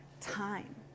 time